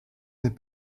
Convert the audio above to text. n’est